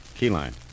Keyline